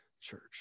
church